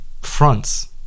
fronts